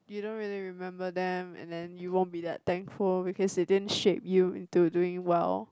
you don't really remember them and then you won't be that thankful because they didn't shape you into doing well